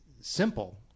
simple